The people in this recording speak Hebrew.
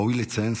ראוי לציין,